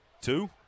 two